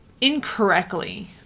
incorrectly